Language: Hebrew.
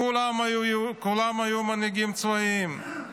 כולם היו מנהיגים צבאיים.